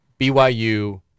BYU